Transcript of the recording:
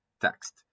text